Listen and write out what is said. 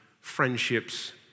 friendships